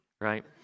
right